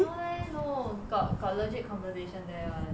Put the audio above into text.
no leh no got got legit conversation there [one]